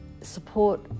support